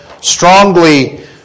strongly